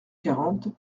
quarante